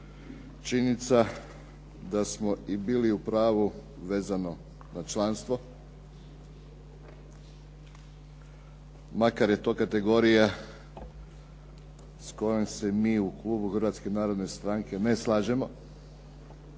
Činjenica da smo bili u upravu vezano na članstvo makar je to kategorija s kojom se mi u klubu Hrvatske narodne stranke ne slažemo.